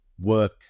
work